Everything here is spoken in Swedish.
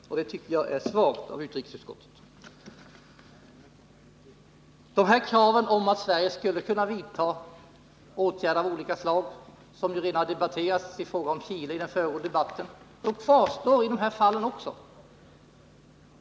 Det tycker jag är svagt av utrikesutskottet. De här kraven på att Sverige skall vidta åtgärder av olika slag, som redan har debatterats i fråga om Chile i den föregående debatten, kvarstår även i de här fallen.